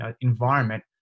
environment